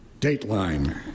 Dateline